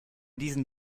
diesen